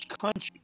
country